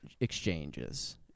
exchanges